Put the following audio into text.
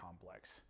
complex